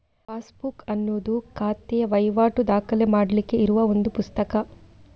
passbook ಅನ್ನುದು ಖಾತೆಯ ವೈವಾಟು ದಾಖಲೆ ಮಾಡ್ಲಿಕ್ಕೆ ಇರುವ ಒಂದು ಪುಸ್ತಕ